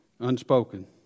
Unspoken